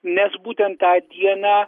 nes būtent tą dieną